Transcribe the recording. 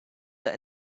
that